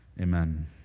Amen